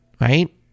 right